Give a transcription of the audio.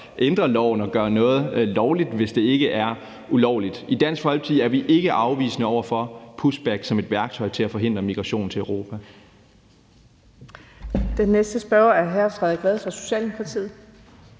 ændre loven og gør noget lovligt, hvis det ikke er det. I Dansk Folkeparti er vi ikke afvisende over for pushback som et værktøj til at forhindre migration til Europa. Kl. 15:58 Den fg. formand (Birgitte Vind): Den næste spørger er hr. Frederik Vad fra Socialdemokratiet.